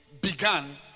began